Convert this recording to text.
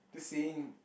just saying